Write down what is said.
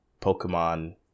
Pokemon